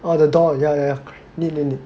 orh the door ya ya need need need